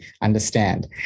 understand